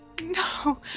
no